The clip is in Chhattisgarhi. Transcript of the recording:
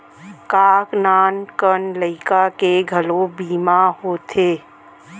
का नान कन लइका के घलो बीमा होथे?